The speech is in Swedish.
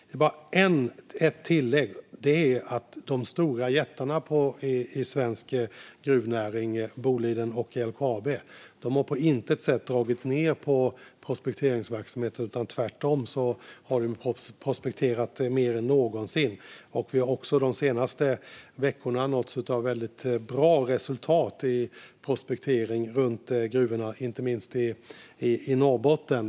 Det finns ett tillägg, nämligen att de stora jättarna i svensk gruvnäring, Boliden och LKAB, på intet sätt har dragit ned på prospekteringsverksamheten. Tvärtom har de prospekterat mer än någonsin. Vi har de senaste veckorna nåtts av bra resultat i prospekteringen runt gruvorna, inte minst i Norrbotten.